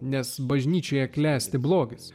nes bažnyčioje klesti blogis